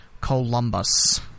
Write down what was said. columbus